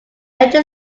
engine